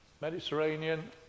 Mediterranean